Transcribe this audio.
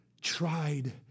tried